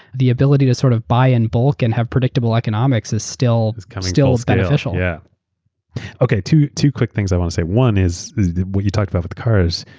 the ability to sort of buy in bulk and have predictable economics is still is kind of still beneficial. yeah two two quick things i want to say. one is what you talk about with the cars,